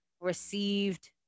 received